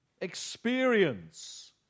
experience